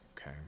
okay